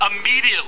immediately